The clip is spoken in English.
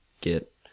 get